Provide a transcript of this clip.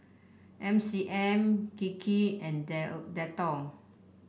M C M Kiki and Dettol